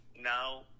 Now